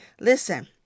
Listen